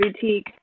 boutique